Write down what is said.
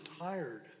tired